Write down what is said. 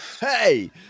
Hey